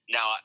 Now